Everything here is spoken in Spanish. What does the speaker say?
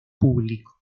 público